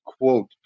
quote